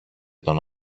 τον